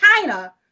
China